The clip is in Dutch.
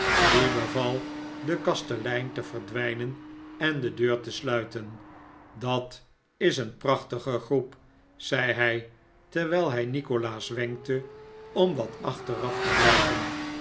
en beval den kastelein te verdwijnen en de deur te sluiten dat is een prachtige groep zei hij terwijl hij nikolaas wenkte om wat achteraf te blijven